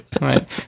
Right